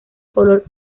color